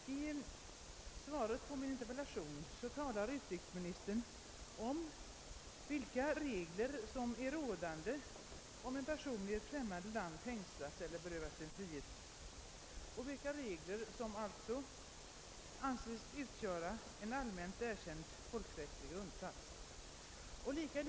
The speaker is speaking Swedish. Herr talman! I svaret på min interpellation talar utrikesministern om vilka regler som gäller om en person fängslas eller på annat sätt berövas sin frihet i ett främmande land, vilka regler får anses utgöra en allmänt erkänd folkrättslig grundsats.